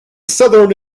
southern